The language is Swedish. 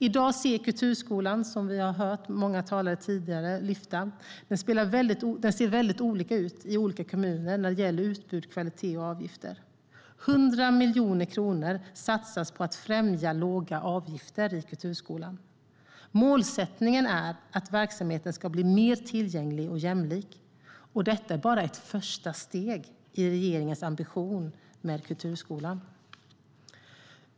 I dag ser kulturskolan, som vi har hört många talare tidigare lyfta fram, olika ut i olika kommuner när det gäller utbud, kvalitet och avgifter. 100 miljoner kronor satsas på att främja låga avgifter i kulturskolan. Målsättningen är att verksamheten ska bli mer tillgänglig och jämlik. Och detta är bara ett första steg i regeringens ambition med kulturskolan.